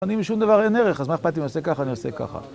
אני, אם שום דבר אין ערך, אז מה אכפת אם אני אעשה ככה, אני אעשה ככה.